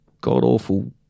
god-awful